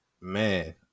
Man